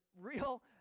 real